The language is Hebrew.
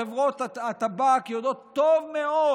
חברות הטבק יודעות טוב מאוד